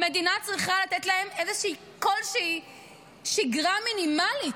המדינה צריכה לתת להם איזושהי שגרה מינימלית.